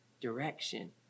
direction